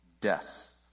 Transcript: Death